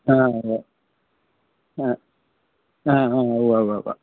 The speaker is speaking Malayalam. ആ അതെ അ ആ ഉവ്വ് ഉവ്വ് ഉവ്വ്